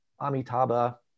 Amitabha